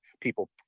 people